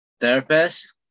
therapist